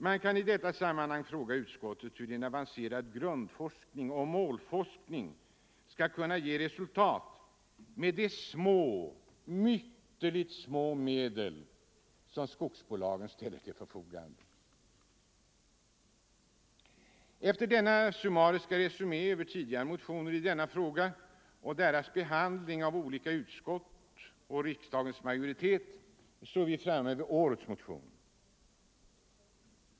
Man kan i detta sammanhang fråga utskottet hur en avancerad grundforskning och målsättning skall kunna ge resultat med de ytterligt små medel som skogsbolagen ställer till förfogande. Efter denna summariska resumé över tidigare motioner i frågan och deras behandling av olika utskott och riksdagens majoritet, är vi så framme vid årets motion.